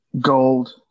gold